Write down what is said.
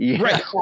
Right